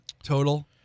total